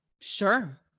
Sure